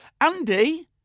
Andy